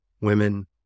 women